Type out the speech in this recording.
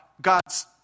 God's